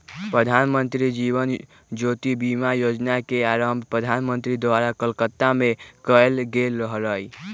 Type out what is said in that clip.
प्रधानमंत्री जीवन ज्योति बीमा जोजना के आरंभ प्रधानमंत्री द्वारा कलकत्ता में कएल गेल रहइ